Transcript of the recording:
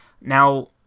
Now